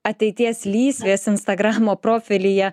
ateities lysvės instagramo profilyje